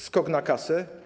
Skok na kasę?